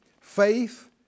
faith